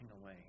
away